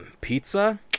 pizza